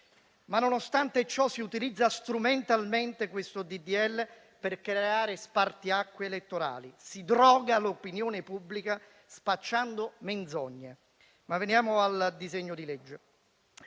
Nonostante ciò, si utilizza strumentalmente questo disegno di legge per creare spartiacque elettorali; si droga l'opinione pubblica spacciando menzogne. Veniamo al disegno di legge.